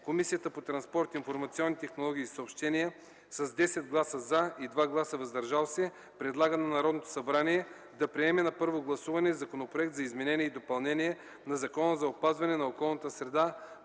Комисията по транспорт, информационни технологии и съобщения с 10 гласа „за” и 2 гласа „въздържали се” предлага на Народното събрание да приеме на първо гласуване Законопроект за изменение и допълнение на Закона за опазване на околната среда,